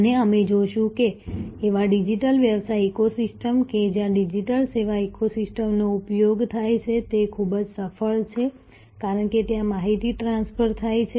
અને અમે જોશું કે એવા ડિજીટલ વ્યવસાય ઇકોસિસ્ટમ કે જ્યાં ડિજીટલ સેવા ઇકોસિસ્ટમ નો ઉપયોગ થાય છે તે ખૂબ જ સફળ છે કારણ કે ત્યાં માહિતી ટ્રાન્સફર થાય છે